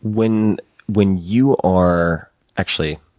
when when you are actually,